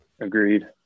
Agreed